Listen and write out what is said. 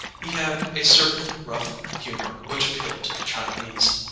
he had a certain rough humour which appealed to the chinese.